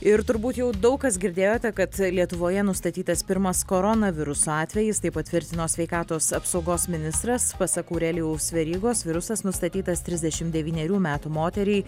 ir turbūt jau daug kas girdėjote kad lietuvoje nustatytas pirmas koronaviruso atvejis tai patvirtino sveikatos apsaugos ministras pasak aurelijaus verygos virusas nustatytas trisdešimt devynerių metų moteriai